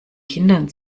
kindern